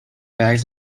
bags